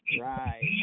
right